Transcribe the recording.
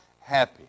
happy